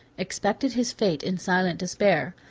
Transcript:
expected his fate in silent despair.